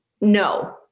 no